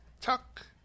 tuck